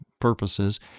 purposes